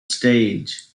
stage